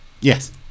Yes